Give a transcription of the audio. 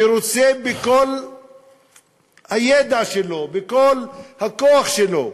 שרוצה בכל הידע שלו, בכל הכוח שלו,